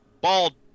bald